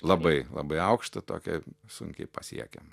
labai labai aukštą tokią sunkiai pasiekiamą